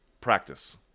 practice